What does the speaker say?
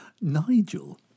Nigel